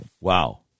Wow